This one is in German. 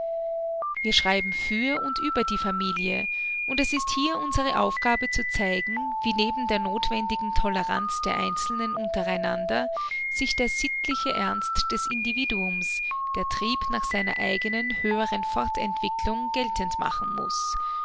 wir schreiben für und über die familie und es ist hier unsere aufgabe zu zeigen wie neben der nothwendigen toleranz der einzelnen unter einander sich der sittliche ernst des individuums der trieb nach seiner eigenen höheren fortentwicklung geltend machen muß